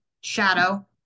shadow